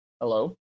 Hello